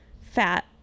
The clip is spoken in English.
fat